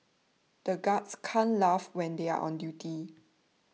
the guards can't laugh when they are on duty